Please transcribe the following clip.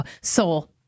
Soul